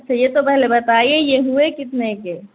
اچھا یہ تو پہلے بتائیے یہ ہوئے کتنے کے